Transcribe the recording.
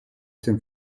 der